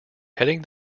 heading